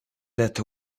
that